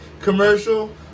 commercial